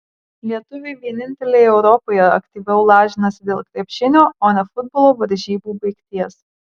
lietuviai vieninteliai europoje aktyviau lažinasi dėl krepšinio o ne futbolo varžybų baigties